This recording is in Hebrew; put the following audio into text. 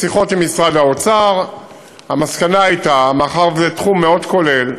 בשיחות עם משרד האוצר המסקנה הייתה שמאחר שזה תחום מאוד כולל,